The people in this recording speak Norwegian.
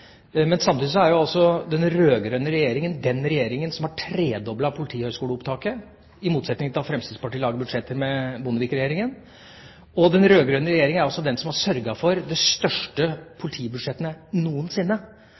Men samtidig er jo den rød-grønne regjeringa den regjeringa som har tredoblet politihøyskoleopptaket, i motsetning til da Fremskrittspartiet lagde budsjetter med Bondevik-regjeringa. Den rød-grønne regjeringa er også den som har sørget for de største politibudsjettene noensinne.